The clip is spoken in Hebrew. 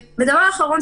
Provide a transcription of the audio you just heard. דבר אחרון,